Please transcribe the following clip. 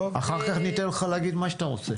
אחר כך אני אתן לך להגיד מה שאתה רוצה.